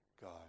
God